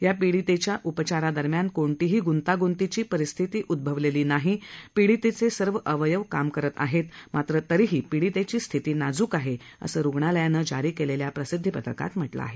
या पिडीतेच्या उपचारादरम्यान कोणतीही गूंतागूंतीची परिस्थिती उद्भवलेली नाही पीडितेचे सर्व अवयव काम करत आहेत मात्र तरीही पीडितेची स्थिती नाजूक आहे असं रुग्णालयानं जारी केलेल्या प्रसिद्धीपत्राकात म्हटलं आहे